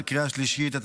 9),